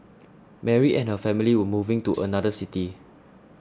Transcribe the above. Mary and her family were moving to another city